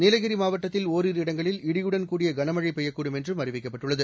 நீலகிரி மாவட்டத்தில் ஓரிரு இடங்களில் இடியுடன் கூடிய கனமழை பெய்யக்கூடும் என்றும் அறிவிக்கப்பட்டுள்ளது